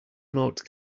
note